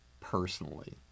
personally